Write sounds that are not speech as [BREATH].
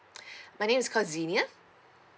[BREATH] my name is called jenia